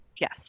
Yes